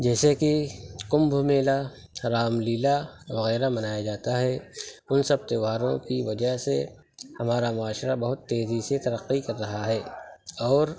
جیسے کہ کمبھ میلہ رام لیلا وغیرہ منایا جاتا ہے ان سب تیوہاروں کی وجہ سے ہمارا معاشرہ بہت تیزی سے ترقی کر رہا ہے اور